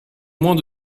moins